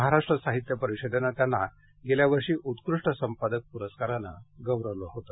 महाराष्ट्र साहित्य परिषदेनं त्यांना गेल्या वर्षी उत्कृष्ट संपादक पुरस्काराने गौरवले होते